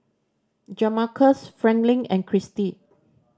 Jamarcus Franklyn and Cristy